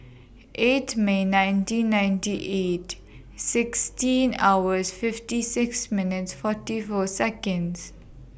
eight May nineteen ninety eight sixteen hours fifty six minutes forty four Seconds